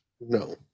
no